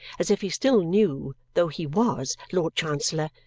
as if he still knew, though he was lord chancellor,